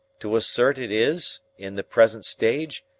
to assert it is, in the present stage,